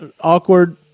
awkward